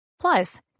Plus